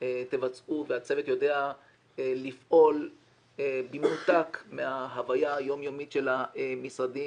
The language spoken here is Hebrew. תבצעו והצוות יודע לפעול במנותק מההוויה היום יומית של המשרדים,